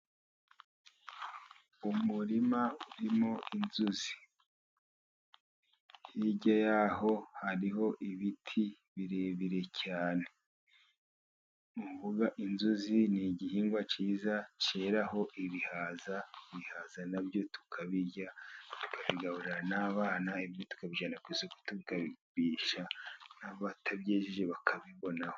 Umurima urimo inzuzi. Hirya yaho hariho ibiti birebire cyane. Ni ukuvuga inzuzi ni igihingwa kiza, keraho ibihaza, ibihaza nabyo tukabirya, tukabigaburira n'abana, ibindi tukabijyana ku isoko tukabigurisha, n'abatabyejeje nabo bakabibonaho.